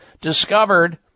discovered